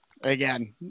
again